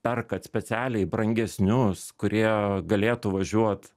perkat specialiai brangesnius kurie galėtų važiuot